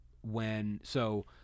when—so